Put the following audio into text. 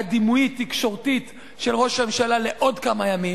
דימויית תקשורתית של ראש הממשלה לעוד כמה ימים,